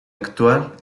actual